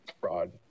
fraud